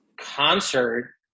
concert